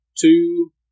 two